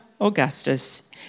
Augustus